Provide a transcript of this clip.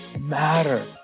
matter